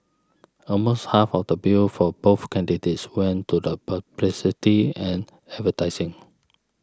almost half of the bill for both candidates went to the publicity and advertising